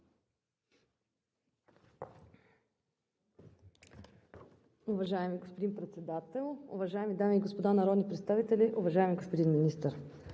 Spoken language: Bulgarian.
Уважаеми господин Председател, уважаеми дами и господа народни представители! Уважаеми господин Министър,